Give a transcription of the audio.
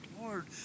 Lord